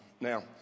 Now